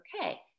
Okay